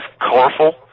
colorful